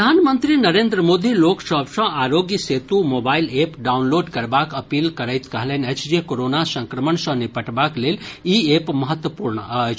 प्रधानमंत्री नरेन्द्र मोदी लोक सभ सॅ Aarogya Setu mobile app download करबाक अपील करैत कहलनि अछि जे कोरोना संक्रमण सॅ निपटबाक लेल ई एप महत्वपूर्ण अछि